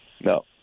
No